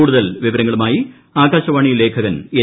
കൂടുതൽ വിവരങ്ങളുമായി ആകാശവാണി ലേഖകൻ എൻ